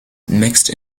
mixed